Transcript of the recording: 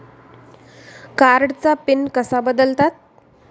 कार्डचा पिन कसा बदलतात?